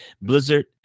blizzard